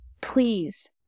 Please